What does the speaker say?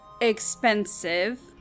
expensive